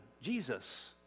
Jesus